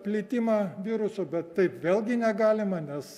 plitimą viruso bet taip vėlgi negalima nes